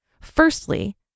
Firstly